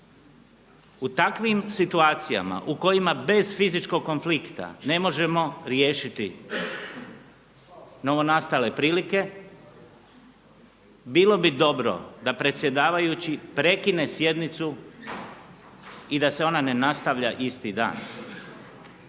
u takvim situacija u kojima bez fizičkog konflikta ne možemo riješiti novonastale prilike bilo bi dobro da predsjedavajući prekine sjednicu i da se ona ne nastavlja isti dan.